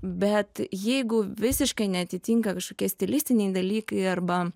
bet jeigu visiškai neatitinka kažkokia stilistiniai dalykai arba